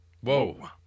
Whoa